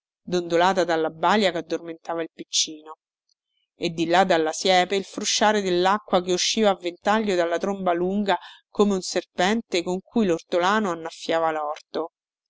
dondolata dalla balia che addormentava i piccino e di là dalla siepe il frusciare dellacqua che usciva a ventaglio dalla tromba lunga come un serpente con cui lortolano annaffiava lorto